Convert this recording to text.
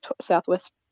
southwest